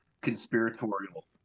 conspiratorial